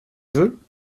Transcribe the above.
veux